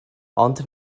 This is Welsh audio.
ond